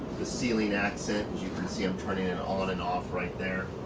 the ceiling accent, you can see i'm turning it on and off right there.